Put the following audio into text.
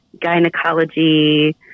gynecology